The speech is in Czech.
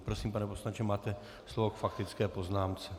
Prosím, pane poslanče, máte slovo k faktické poznámce.